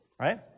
Right